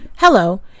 Hello